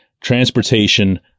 transportation